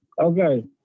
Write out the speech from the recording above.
Okay